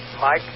Mike